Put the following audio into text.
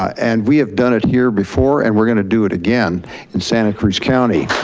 and we have done it here before and we're going to do it again in santa cruz county.